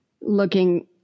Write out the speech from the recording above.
looking